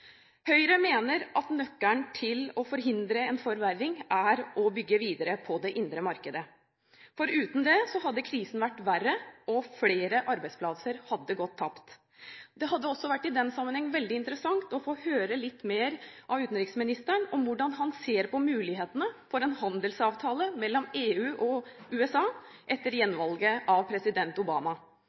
Høyre mener at nøkkelen til å forhindre en forverring er å bygge videre på det indre markedet. For uten det hadde krisen vært verre, og flere arbeidsplasser hadde gått tapt. Det hadde i den sammenheng også vært veldig interessant å få høre litt mer fra utenriksministeren om hvordan han ser på mulighetene for en handelsavtale mellom EU og USA etter gjenvalget av president Obama,